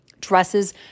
dresses